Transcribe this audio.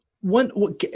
One